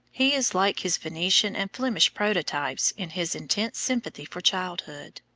he is like his venetian and flemish prototypes in his intense sympathy for childhood.